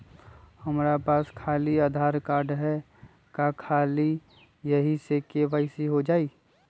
हमरा पास खाली आधार कार्ड है, का ख़ाली यही से के.वाई.सी हो जाइ?